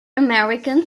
american